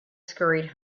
scurried